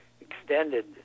extended